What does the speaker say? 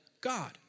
God